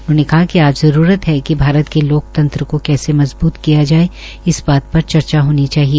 उन्होंने कहा कि आज जरूरत है कि भारत के लोकतंत्र के कैसे मजबूत किया जाए इस बार पर चर्चा होनी चाहिए